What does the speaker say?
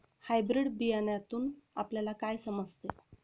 Hybrid बियाण्यातून आपल्याला काय समजते?